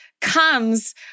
comes